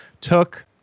took